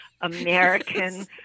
American